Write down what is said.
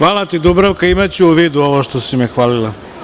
Hvala ti, Dubravka, imaću u vidu ovo što si me hvalila.